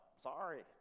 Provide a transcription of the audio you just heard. sorry